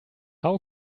how